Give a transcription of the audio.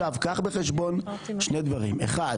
היום